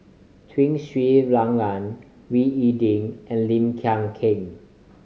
Tun Sri Lanang Wee Ding and Lim Hng Kiang